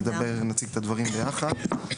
נציג את הדברים ביחד.